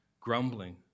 grumbling